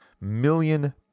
million